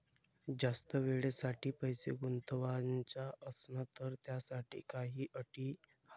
जास्त वेळेसाठी पैसा गुंतवाचा असनं त त्याच्यासाठी काही अटी हाय?